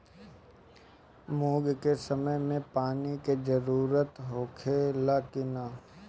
मूंग के समय मे पानी के जरूरत होखे ला कि ना?